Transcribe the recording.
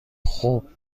خوب